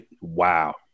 Wow